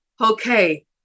okay